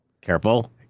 Careful